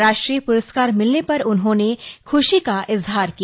राष्ट्रीय पुरस्कार मिलने पर उन्होंने खुशी का इजहार किया